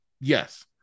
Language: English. yes